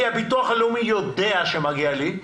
כי הביטוח הלאומי יודע שמגיע לי,